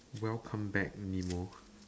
welcome back nemo